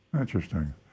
Interesting